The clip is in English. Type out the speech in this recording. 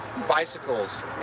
bicycles